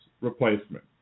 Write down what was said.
replacement